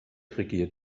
regiert